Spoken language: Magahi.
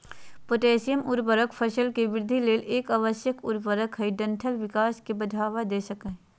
पोटेशियम उर्वरक फसल के वृद्धि ले एक आवश्यक उर्वरक हई डंठल विकास के बढ़ावा दे सकई हई